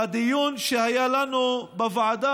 בדיון שהיה לנו בוועדה